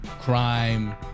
Crime